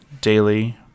Daily